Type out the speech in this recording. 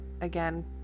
again